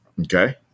Okay